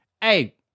Hey